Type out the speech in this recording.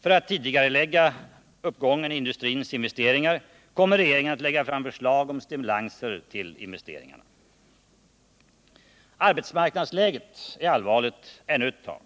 För att tidigarelägga uppgången i industrins investeringar kommer regeringen att lägga fram förslag om stimulanser till investeringarna. Arbetsmarknadsläget är allvarligt ännu ett tag.